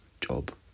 job